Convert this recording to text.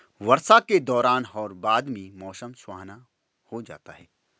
वर्षा के दौरान और बाद में मौसम सुहावना हो जाता है